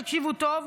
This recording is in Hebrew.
תקשיבו טוב,